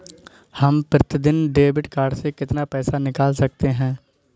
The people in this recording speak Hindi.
हम प्रतिदिन डेबिट कार्ड से कितना पैसा निकाल सकते हैं?